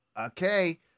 Okay